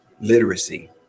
literacy